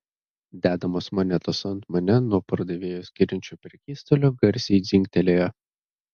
dedamos monetos ant mane nuo pardavėjo skiriančio prekystalio garsiai dzingtelėjo